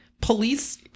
police